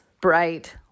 bright